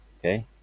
okay